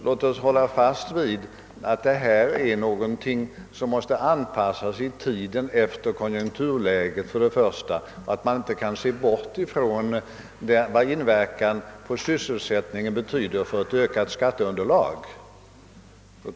Låt oss hålla fast för det första vid att åtgärder på detta område måste anpassas till konjunkturläget vid den aktuella tidpunkten, för det andra vid den inverkan sådana åtgärder har för förbättrad sysselsättning och för ökat skatteunderlag.